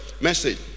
Message